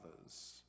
others